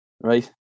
Right